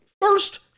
First